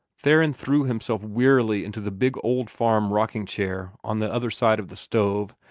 theron threw himself wearily into the big old farm rocking-chair on the other side of the stove,